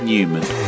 Newman